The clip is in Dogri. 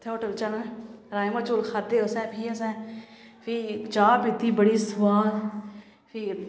उत्थें होटल च राजमा चोल खाद्धे असें फ्ही असें फ्ही चाह् पीती बड़ी सोआद फ्ही